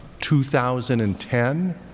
2010